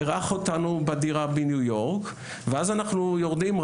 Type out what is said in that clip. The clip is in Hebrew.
אירח אותנו בדירה בניו יורק ואז אנחנו יורדים,